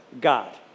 God